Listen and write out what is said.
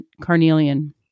carnelian